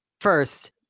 first